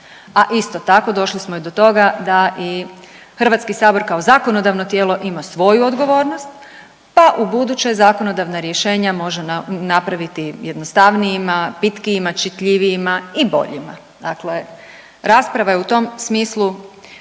A isto tako došli smo i do toga da i Hrvatski sabor kao zakonodavno tijelo ima svoju odgovornost pa u buduće zakonodavna rješenja može napraviti jednostavnijima, pitkijima, čitljivijima i boljima. Dakle, rasprava je u tom smislu